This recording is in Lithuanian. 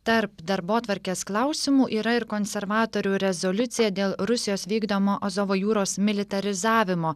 tarp darbotvarkės klausimų yra ir konservatorių rezoliucija dėl rusijos vykdomo azovo jūros militarizavimo